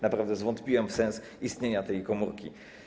Naprawdę zwątpiłem w sens istnienia tej komórki.